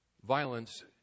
violence